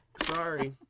Sorry